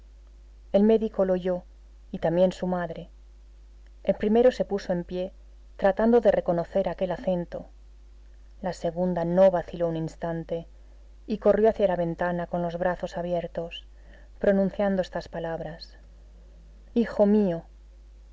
el médico lo oyó y también su madre el primero se puso en pie tratando de reconocer aquel acento la segunda no vaciló un instante y corrió hacia la ventana con los brazos abiertos pronunciando estas palabras hijo mio